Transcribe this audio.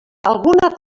alguna